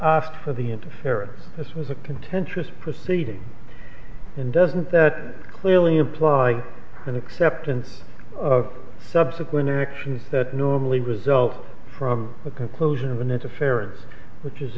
asked for the interference this was a contentious proceeding and doesn't clearly apply an acceptance of subsequent actions that normally result from the conclusion of an interference which is